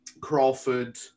Crawford